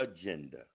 agenda